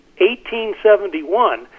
1871